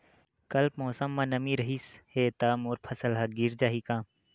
कल मौसम म नमी रहिस हे त मोर फसल ह गिर जाही का?